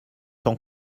tant